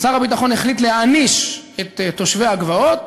שר הביטחון החליט להעניש את תושבי הגבעות